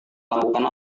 melakukan